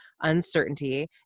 uncertainty